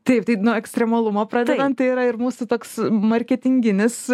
taip tai nuo ekstremalumo pradedant tai yra ir mūsų toks marketinginis